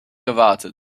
gewartet